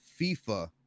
fifa